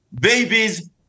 babies